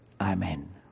Amen